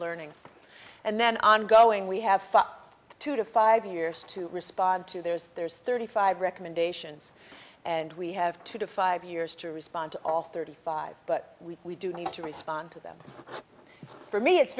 learning and then ongoing we have two to five years to respond to there's there's thirty five recommendations and we have two to five years to respond to all thirty five but we do need to respond to them for me it's